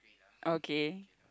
okay